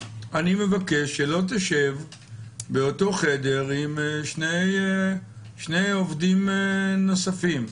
אני מבקש שלא תשב באותו חדר עם שני עובדים נוספים.